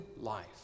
life